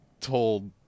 told